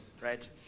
right